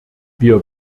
wir